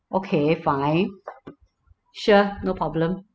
okay fine sure no problem